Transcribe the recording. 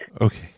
Okay